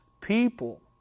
people